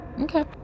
Okay